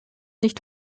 nicht